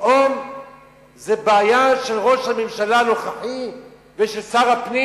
פתאום זו בעיה של ראש הממשלה הנוכחי ושל שר הפנים?